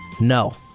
No